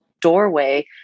doorway